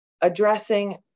addressing